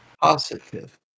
Positive